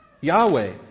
Yahweh